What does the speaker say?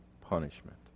punishment